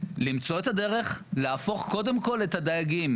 למצוא את הדרך להפוך קודם כל את הדייגים,